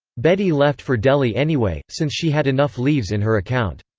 bedi left for delhi anyway, since she had enough leaves in her account.